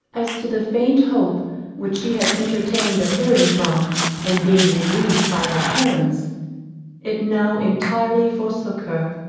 as to the faint hope which she had entertained of hearing from and being relieved by her parents it now entirely forsook her,